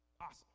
Awesome